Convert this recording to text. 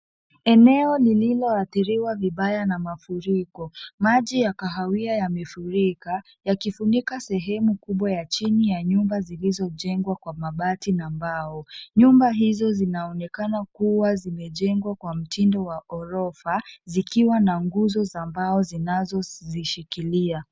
Eneo lililoadhiriwa vibaya na mafuriko. Maji ya kahawia yamefurika, yakifunika sehemu kubwa ya chini ya nyumba zilizojengwa kwa mabati na mbao. Nyumba hizo zinaonekana kuwa zimejengwa kwa mtindo wa ghorofa zikiwa na nguzo za mbao zinazozishikilia.